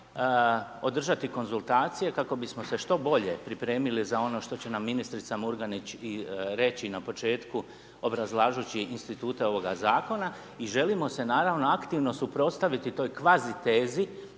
održati konzultacije kako bismo se što bolje pripremili za ono što će nam ministrica Murganić i reći na početku, obrazlažući institute ovoga zakona i želimo se naravno aktivno suprotstaviti toj kvazi tezi